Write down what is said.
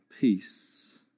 peace